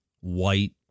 white